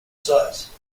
size